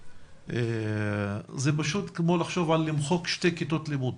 זה כמו מחיקת שתי כיתות לימוד